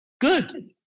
good